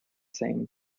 same